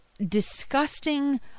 disgusting